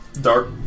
Dark